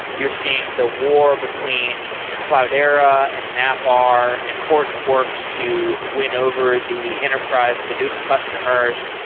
you're seeing the war between cloudera, and mapr, and hortonworks to win over the enterprise hadoop customers.